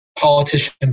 politician